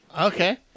Okay